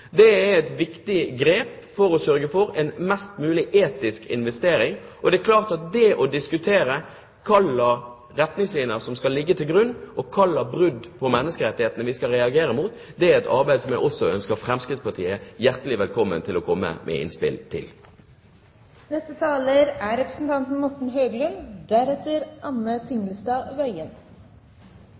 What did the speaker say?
Det er et viktig grep for å sørge for en mest mulig etisk investering. Og det er klart at det å diskutere hvilke retningslinjer som skal ligge til grunn, og hvilke brudd på menneskerettighetene vi skal reagere på, er et arbeid som jeg også ønsker Fremskrittspartiet hjertelig velkommen til å komme med innspill til.